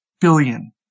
billion